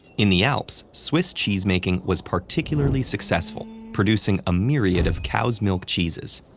in the alps, swiss cheesemaking was particularly successful producing a myriad of cow's milk cheeses.